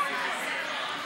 אי-אפשר.